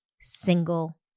single